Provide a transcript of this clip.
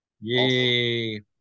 Yay